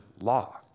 law